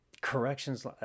Corrections